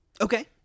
Okay